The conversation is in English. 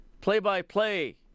play-by-play